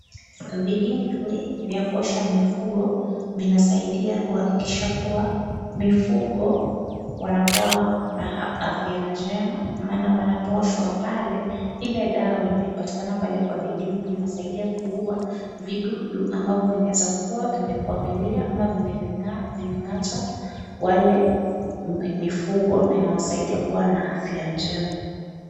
Vidimbwi vya kuoshwa mifugo vinasaidia kuhakikisha kuwa mifugo wanakuwa na afya njema maana wanapooshwa pale ile dawa inayopatikana pale kwa vidimbwi inasaidia kuuwa vidudu ambavyo vinaweza kuwa vimekwamilia ama vimeng'ata wale mifugo na inawasaidia kuwa na afya njema.